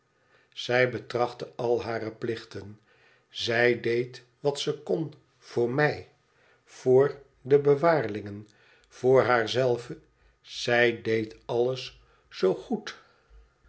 zij betrachtte al hare puchten zij deed wat ze kon onze wederzudsche vriend voor mij voor de bewaarlingen voor haar zelve zij deed alles zoo goed